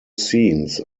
scenes